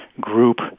group